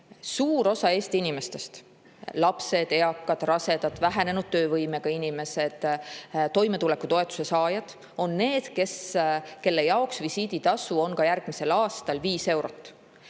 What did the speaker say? Suur osa Eesti inimestest – lapsed, eakad, rasedad, vähenenud töövõimega inimesed, toimetulekutoetuse saajad – on need, kelle jaoks visiiditasu on ka järgmisel aastal viis eurot.